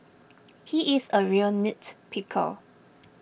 he is a real nitpicker